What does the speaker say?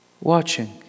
Watching